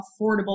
affordable